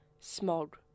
smog